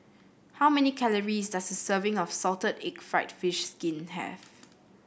how many calories does serving of Salted Egg fried fish skin have